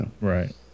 Right